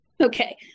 Okay